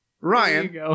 Ryan